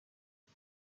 بود